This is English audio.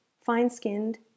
fine-skinned